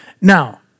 Now